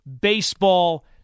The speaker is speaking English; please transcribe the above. baseball